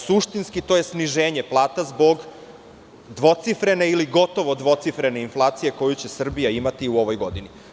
Suštinski to je sniženje plata zbog dvocifrene ili gotovo dvocifrene inflacije koju će Srbija imati u ovoj godini.